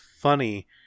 funny